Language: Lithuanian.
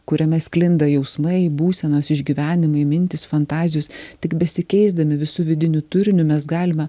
kuriame sklinda jausmai būsenos išgyvenimai mintys fantazijos tik besikeisdami visu vidiniu turiniu mes galime